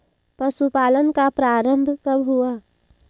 पशुपालन का प्रारंभ कब हुआ?